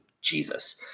Jesus